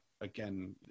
again